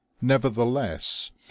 Nevertheless